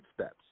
steps